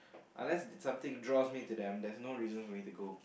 unless something draws me to them there's no reason for me to go